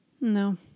No